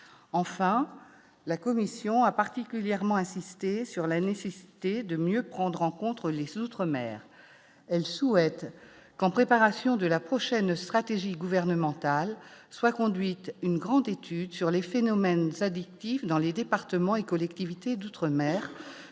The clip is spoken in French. enfin, la commission a particulièrement insisté sur la nécessité de mieux prendre en contre les outre-mer, elle souhaite qu'en préparation de la prochaine stratégie gouvernementale soit conduite une grande étude sur les phénomènes s'addictif dans les départements et collectivités d'outre-mer,